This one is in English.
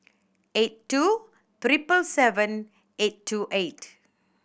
eight two treble seven eight two eight